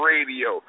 Radio